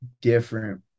different